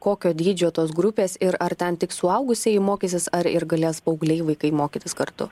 kokio dydžio tos grupės ir ar ten tik suaugusieji mokysis ar ir galės paaugliai vaikai mokytis kartu